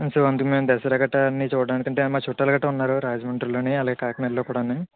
so అందుకు మేము అంటే మేము దసరా గట్టా అన్నీ చూడటానికి అంటే మా చుట్టాలు గట్టా ఉన్నారు రాజమండ్రిలోని అలాగే కాకినాడలో కూడాని